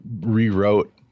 rewrote